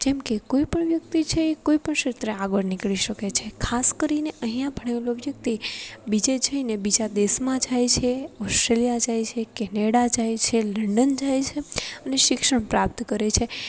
જેમકે કોઈપણ વ્યક્તિ જે કોઈપણ ક્ષેત્રે આગળ નીકળી શકે છે ખાસ કરીને અહિયાં ભણેલો વ્યક્તિ બીજે જઈને બીજા દેશમાં જાય છે ઓસ્ટ્રેલિયા જાય છે કેનેડા જાય છે લંડન જાય છે અને શિક્ષણ પ્રાપ્ત કરે છે